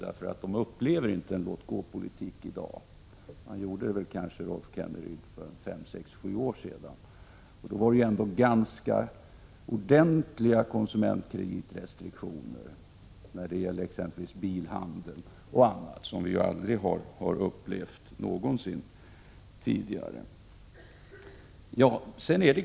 Man upplever nog inte att det förs någon låt-gå-politik i dag. För fem sex sju år sedan gjorde man det kanske, Rolf Kenneryd. Då fanns det ganska betydande konsumentkreditrestriktioner — t.ex. när det gällde bilhandeln, som vi aldrig har upplevt tidigare.